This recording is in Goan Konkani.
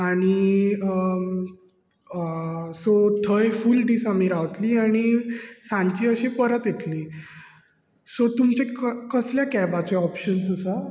आनी सो थंय फूल दीस आमी रावतलीं आनी सांजचीं अशीं परत येतलीं सो तुमचें कसलें कॅबाचें ऑप्शन्स आसा